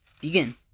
begin